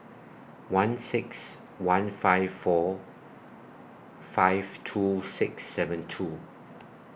one six one five four five two six seven two